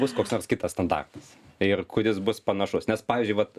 bus koks nors kitas standartas ir kuris bus panašus nes pavyzdžiui vat